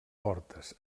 portes